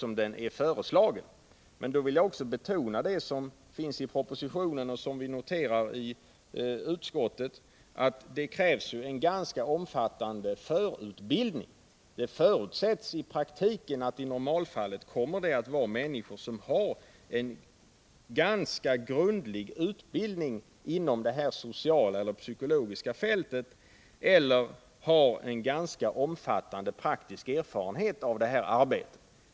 Men jag vill betona det som står i propositionen och som framhålls i utskottet, att det krävs en ganska omfattande förutbildning. Det förutsätts att deltagarna i praktiken är människor med en ganska grundlig utbildning inom det sociala eller psykologiska fältet eller att de har en ganska omfattande praktisk erfarenhet av det här arbetet.